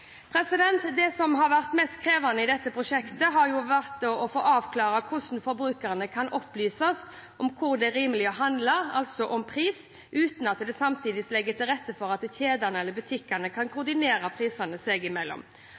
Det som har vært mest krevende i dette prosjektet, har vært å få avklart hvordan forbrukerne kan opplyses om hvor det er rimeligst å handle – altså om priser – uten at dette samtidig legger til rette for at kjedene eller butikkene kan koordinere prisene seg imellom.